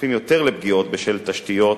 חשופים יותר לפגיעות בשל תשתיות,